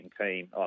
team